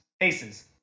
Aces